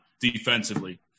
defensively